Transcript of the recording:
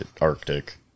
Arctic